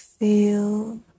Feel